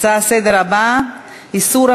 ההצעה לסדר-היום הבאה: איסור,